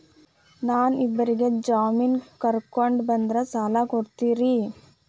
ನಾ ಇಬ್ಬರಿಗೆ ಜಾಮಿನ್ ಕರ್ಕೊಂಡ್ ಬಂದ್ರ ಸಾಲ ಕೊಡ್ತೇರಿ?